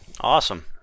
Awesome